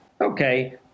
Okay